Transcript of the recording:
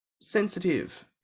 sensitive